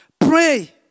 Pray